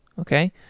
okay